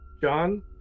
John